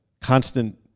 constant